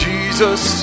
Jesus